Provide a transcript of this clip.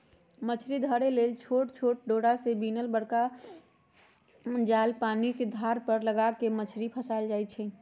मछरी धरे लेल छोट छोट डोरा से बिनल बरका जाल पानिके धार पर लगा कऽ मछरी फसायल जाइ छै